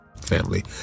family